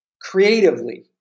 creatively